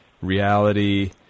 reality